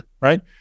right